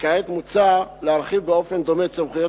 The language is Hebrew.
וכעת מוצע להרחיב באופן דומה את סמכויות